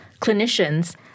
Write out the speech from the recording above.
clinicians